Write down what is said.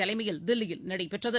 தலைமையில் தில்லியில் நடைபெற்றது